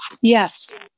Yes